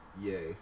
yay